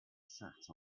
sat